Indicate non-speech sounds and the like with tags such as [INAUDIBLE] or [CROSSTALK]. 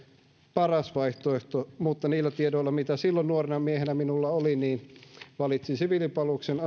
paras vaihtoehto mutta niillä tiedoilla mitä silloin nuorena miehenä minulla oli valitsin siviilipalveluksen [UNINTELLIGIBLE]